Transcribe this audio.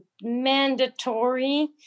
mandatory